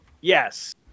Yes